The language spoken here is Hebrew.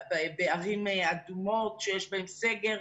ערים אדומות שם יש סגר.